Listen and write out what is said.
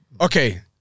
Okay